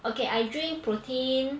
okay I drink protein